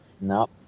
No